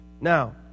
Now